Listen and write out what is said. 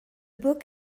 book